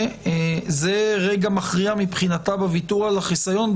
רגע מכריע מבחינתה בוויתור על החיסיון,